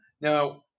Now